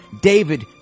David